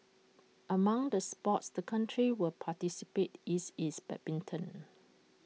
among the sports the country will participate is is bad bin ton